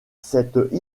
cette